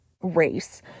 race